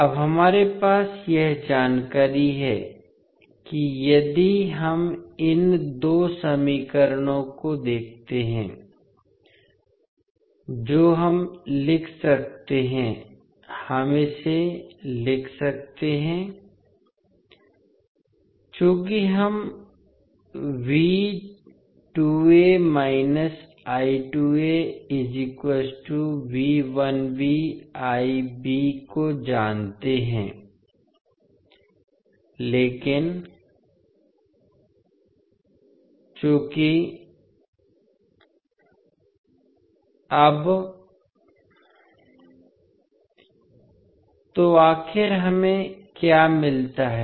अब हमारे पास यह जानकारी है कि यदि हम इन दो समीकरणों को देखते हैं जो हम लिख सकते हैं हम इसे लिख सकते हैं चूंकि हम को जानते हैं लेकिन चूँकि अब तो आखिर हमें क्या मिलता है